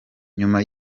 nyuma